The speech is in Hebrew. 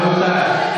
רבותיי,